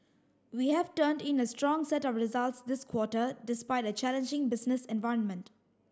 we have turned in a strong set of results this quarter despite a challenging business environment